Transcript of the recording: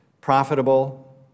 profitable